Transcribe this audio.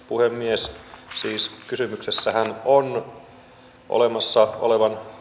puhemies siis kysymyksessähän on olemassa olevan